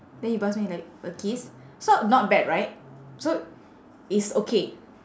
then he pass me like a kiss so not bad right so it's okay